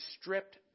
stripped